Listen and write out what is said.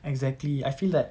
exactly I feel that